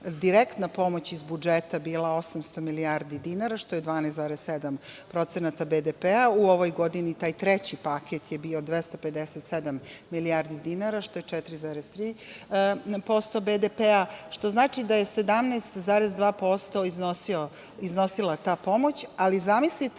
direktna pomoć iz budžeta bila 800 milijardi dinara, što je 12,7% BDP. U ovoj godini, taj treći paket je bio 257 milijardi dinara, što je 4,4% BDP, što znači da je 17,2% iznosila ta pomoć. Ali, zamislite